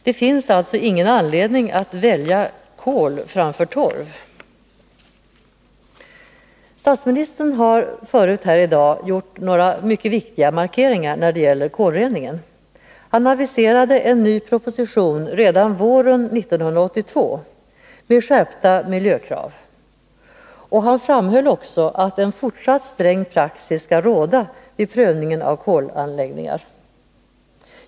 Det finns alltså ingen anledning att välja kol framför torv. Statsministern har tidigare i dag gjort några mycket viktiga markeringar när det gäller kolreningen. Han aviserade en ny proposition redan våren 1982 med skärpta miljökrav. Han framhöll också att en fortsatt sträng praxis skall råda vid prövningen av kolanläggningar.